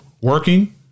working